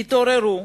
תתעוררו.